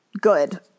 good